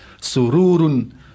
Sururun